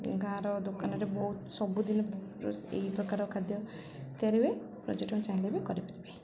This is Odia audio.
ଗାଁର ଦୋକାନରେ ବହୁତ ସବୁଦିନ ଏହି ପ୍ରକାର ଖାଦ୍ୟ ତିଆରିିବେ ପର୍ଯ୍ୟଟନ ଚାହିଁଲେ ବି କରିପାରିବେ